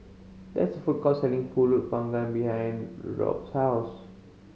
there is a food court selling Pulut Panggang behind Robt's house